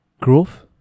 growth